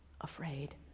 afraid